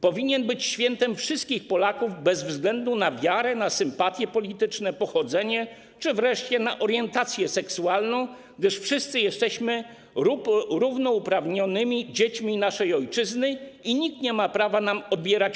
Powinien być świętem wszystkich Polaków bez względu na wiarę, sympatie polityczne, pochodzenie czy wreszcie orientację seksualną, gdyż wszyscy jesteśmy równouprawnionymi dziećmi naszej ojczyzny i nikt nie ma prawa nam tego odbierać.